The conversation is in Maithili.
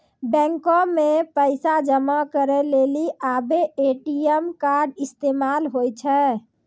बैको मे पैसा जमा करै लेली आबे ए.टी.एम कार्ड इस्तेमाल होय छै